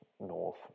North